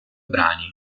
brani